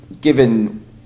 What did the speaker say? given